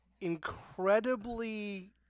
incredibly